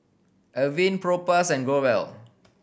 Avene Propass and Growell